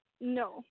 No